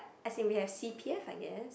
as seem we have C_P_F I guess